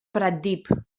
pratdip